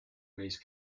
raise